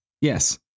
Yes